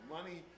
Money